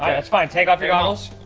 that's fine. take off your goggles.